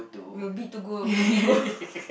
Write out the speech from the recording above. will be to go will be go